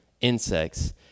insects